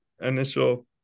initial